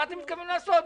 מה אתם מתכוונים לעשות.